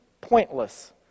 pointless